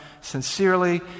sincerely